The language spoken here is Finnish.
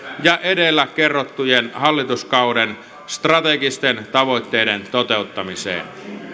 ja edellä kerrottujen hallituskauden strategisten tavoitteiden toteuttamiseen